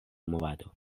movado